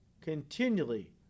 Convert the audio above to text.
continually